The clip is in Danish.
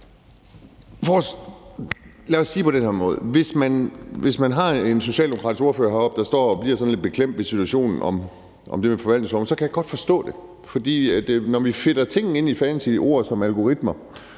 Lad os sige det på den her måde, at hvis man har en socialdemokratisk ordfører heroppe, der står og bliver lidt beklemt ved situationen om det med forvaltningsloven, kan jeg godt forstå det, for når vi fedter tingene ind i fancy ord som algoritmer,